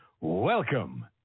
welcome